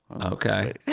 Okay